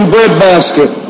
Breadbasket